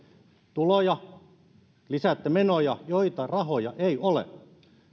tuloja ja lisäätte menoja joihin rahoja ei ole